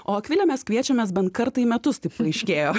o akvilę mes kviečiamės bent kartą į metus taip paaiškėjo